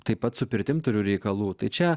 taip pat su pirtim turiu reikalų tai čia